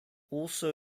also